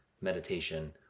meditation